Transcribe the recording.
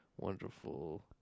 Wonderful